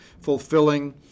fulfilling